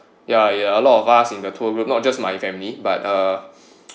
ya ya a lot of us in the tour group not just my family but uh